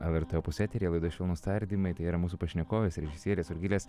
lrt opus eteryje laida švelnūs tardymai tai yra mūsų pašnekovės režisierės rugilės